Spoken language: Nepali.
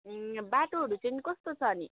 ए बाटोहरू चाहिँ कस्तो छ नि